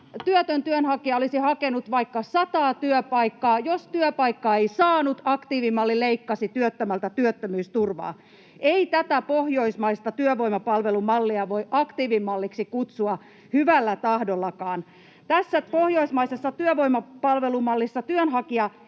työtön työnhakija olisi hakenut vaikka sataa työpaikkaa, vaan jos työpaikkaa ei saanut, aktiivimalli leikkasi työttömältä työttömyysturvaa. Ei tätä pohjoismaista työvoimapalvelumallia voi aktiivimalliksi kutsua hyvällä tahdollakaan. [Perussuomalaisten ryhmästä: Kyllä voi!] Tässä pohjoismaisessa työvoimapalvelumallissa työnhakija